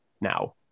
now